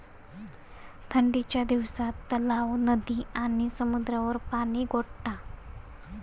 ठंडीच्या दिवसात तलाव, नदी आणि समुद्रावर पाणि गोठता